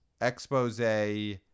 expose